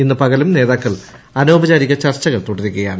ഇന്ന് പകലും നേതാക്കൾ അനൌപചാര്യിക ചർച്ചകൾ തുടരുകയാണ്